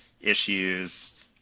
issues